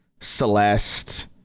celeste